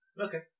Okay